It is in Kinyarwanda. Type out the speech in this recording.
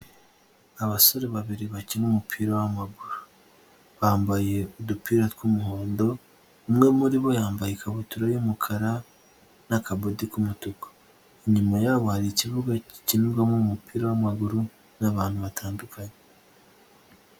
Abasore babiri bakina umupira w'maguru, bambaye udupira twumuhondo, umwe muribo yambaye ikabutura y'umukara n'akaboti k'umutuku, inyuma yabo hari ikibuga gikinirwamo umupira w'amaguru n'abantu batandukanye.